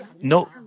No